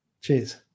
Cheers